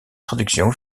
traductions